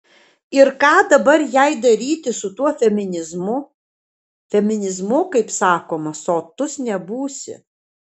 ir ką dabar jai daryti su tuo feminizmu feminizmu kaip sakoma sotus nebūsi